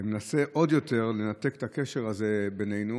ומנסה עוד יותר לנתק את הקשר הזה בינינו.